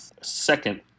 second